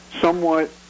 somewhat